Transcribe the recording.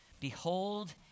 Behold